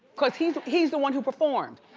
because he's he's the one who performed.